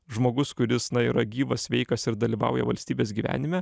žmogus kuris na yra gyvas sveikas ir dalyvauja valstybės gyvenime